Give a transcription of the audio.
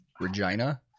Regina